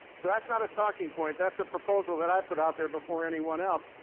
so that's not a talking point. that's a proposal that i put out there before anyone else.